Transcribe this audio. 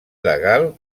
legal